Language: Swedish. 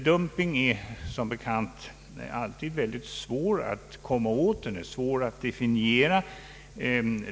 Dumping är som bekant alltid svår att komma åt, och den är svår att definiera.